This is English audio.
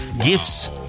gifts